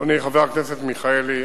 חבר הכנסת מיכאלי,